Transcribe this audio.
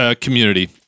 community